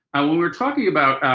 and when we were talking about,